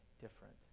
different